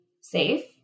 safe